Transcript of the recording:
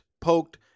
poked